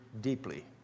deeply